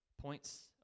points